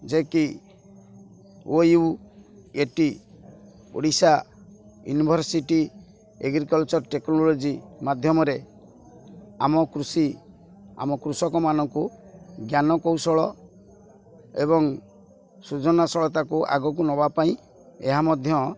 ଯେକି O U A T Odisha university agriculture technology ମାଧ୍ୟମରେ ଆମ କୃଷି ଆମ କୃଷକମାନଙ୍କୁ ଜ୍ଞାନ କୌଶଳ ଏବଂ ସୁଜନାଶଳତାକୁ ଆଗକୁ ନବା ପାଇଁ ଏହା ମଧ୍ୟ